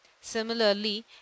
similarly